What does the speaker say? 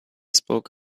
spoke